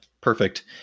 Perfect